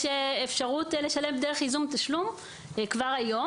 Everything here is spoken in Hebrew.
יש אפשרות לשלם דרך ייזום תשלום כבר היום.